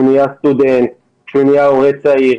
כשהוא נהיה סטודנט, כשהוא נהיה הורה צעיר.